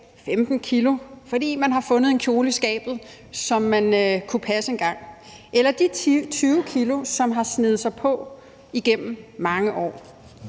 15 kg, fordi man har fundet en kjole i skabet, som man kunne passe engang, eller de 20 kg, som har sneget sig på igennem mange år.